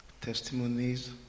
testimonies